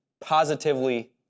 positively